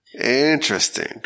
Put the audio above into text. Interesting